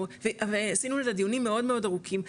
הרי עשינו על זה דיונים מאוד מאוד ארוכים,